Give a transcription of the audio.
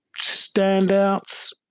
standouts